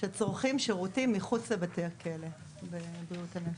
שצורכים שירותים מחוץ לבתי הכלא בבריאות הנפש.